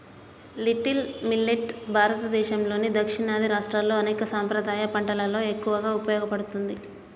little millet భారతదేసంలోని దక్షిణాది రాష్ట్రాల్లో అనేక సాంప్రదాయ పంటలలో ఎక్కువగా ఉపయోగించబడుతుంది